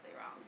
wrong